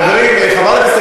חבר הכנסת